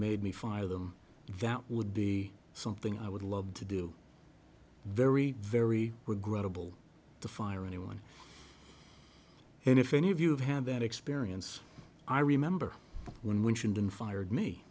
made me fire them that would be something i would love to do very very regrettable to fire anyone and if any of you have had that experience i remember when when she'd been fired me